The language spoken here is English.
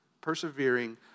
persevering